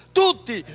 tutti